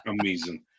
amazing